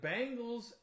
Bengals